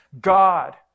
God